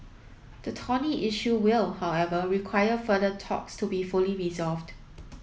the thorny issue will however require further talks to be fully resolved